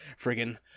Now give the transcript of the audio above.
friggin